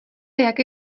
jaké